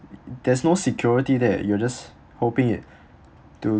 there's no security that you are just hoping it to